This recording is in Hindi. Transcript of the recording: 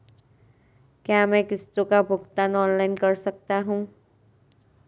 क्या मैं किश्तों का भुगतान ऑनलाइन कर सकता हूँ?